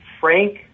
Frank